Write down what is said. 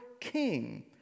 king